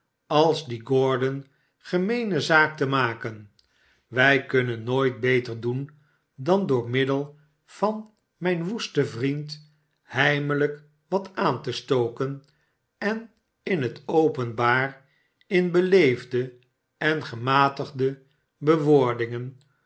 als die gordon gemeene zaak te maken wij kunnen nooit beter doen dan door middel van imjn woesten vriend heimelijk wat aan te stoken en in het openbaar m beleefde en gematigde bewoordingen